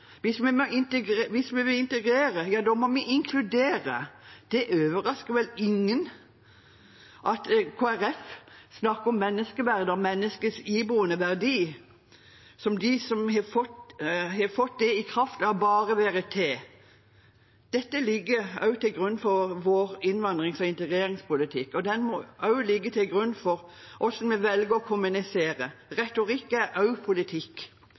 Hvis vi vil integrere, da må vi inkludere. Det overrasker vel ingen at Kristelig Folkeparti snakker om menneskeverd og menneskets iboende verdi, som de har fått i kraft av bare å være til. Dette ligger også til grunn for vår innvandrings- og integreringspolitikk, og den må også ligge til grunn for hvordan vi velger å kommunisere. Retorikk er også politikk.